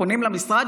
פונים למשרד,